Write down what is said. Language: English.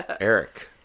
Eric